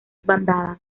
bandadas